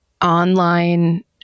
online